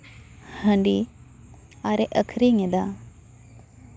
ᱦᱟᱺᱰᱤ ᱟᱨᱮ ᱟᱠᱹᱷᱨᱤᱧ ᱮᱫᱟ